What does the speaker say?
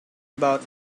about